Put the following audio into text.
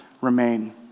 remain